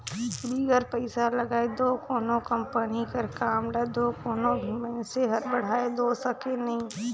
बिगर पइसा लगाए दो कोनो कंपनी कर काम ल दो कोनो भी मइनसे हर बढ़ाए दो सके नई